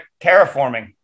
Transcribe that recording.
Terraforming